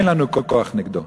אין לנו כוח נגדו.